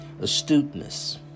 Astuteness